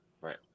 Right